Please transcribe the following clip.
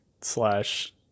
slash